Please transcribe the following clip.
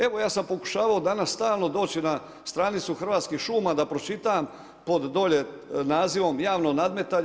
Evo ja sam pokušavao danas stalno doći na stranicu Hrvatskih šuma da pročitam pod dolje nazivom javno nadmetanje.